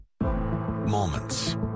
Moments